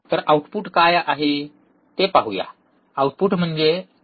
तर output voltage काय आहे ते पाहूया आउटपुट म्हणजे काय